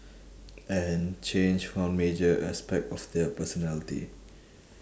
and change one major aspect of their personality